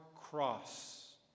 cross